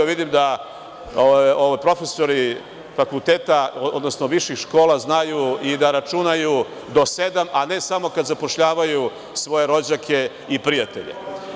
Vidim da profesori fakulteta, odnosno viših škola znaju i da računaju do sedam, a ne samo kad zapošljavaju svoje rođake i prijatelje.